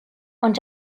und